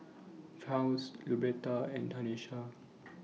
Charls Luberta and Tanesha